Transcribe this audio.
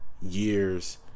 years